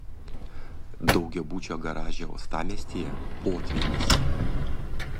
daugiabučio garaže uostamiestyje potvynis